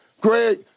Greg